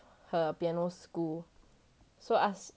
her piano school so ask